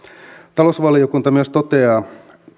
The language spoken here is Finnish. talousvaliokunta myös toteaa että